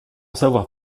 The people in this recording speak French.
savoir